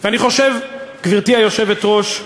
אני חושב, גברתי היושבת-ראש,